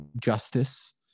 justice